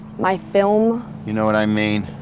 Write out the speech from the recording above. my film? you know what i mean.